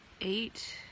eight